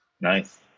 Nice